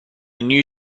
new